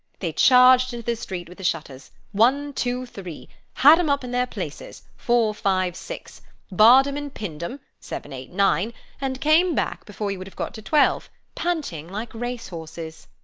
they charged into the street with the shutters one, two, three had em up in their places four, five, six barred em and pinned em seven, eight, nine and came back before you could have got to twelve, panting like race-horses.